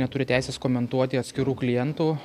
neturi teisės komentuoti atskirų klientų